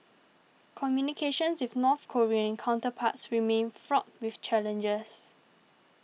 communications with North Korean counterparts remain fraught with challenges